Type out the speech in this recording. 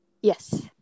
Yes